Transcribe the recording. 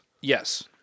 yes